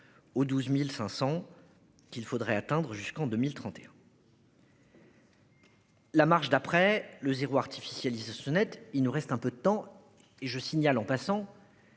Aux 12.500 qu'il faudrait attendre jusqu'en 2031. La marge d'après le zéro artificialisation nette. Il nous reste un peu de temps et je signale en passant.